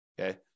okay